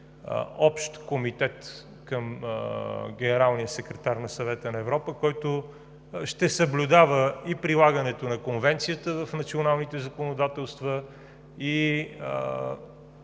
Общ комитет към генералния секретар на Съвета на Европа, който ще съблюдава и прилагането на Конвенцията в националните законодателства, и